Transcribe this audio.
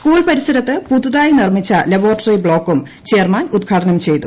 school പരിസരത്ത് പുതുതായി നിർമ്മിച്ച ലബോറട്ടറി ബ്ളോക്കും ചെയർമാൻ ഉദ്ഘാടനം ചെയ്തു